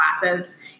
classes